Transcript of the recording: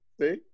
See